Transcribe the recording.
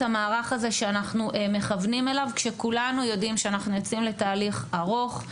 המערך הזה שאנחנו מכוונים אליו כשכולנו יודעים שאנחנו יוצאים לתהליך ארוך,